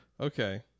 Okay